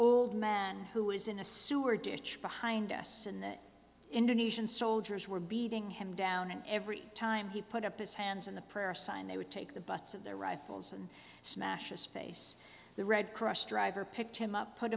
man who was in a sewer ditch behind us and the indonesian soldiers were beating him down and every time he put up his hands in the prayer sign they would take the butts of their rifles and smash his face the red cross driver picked him up put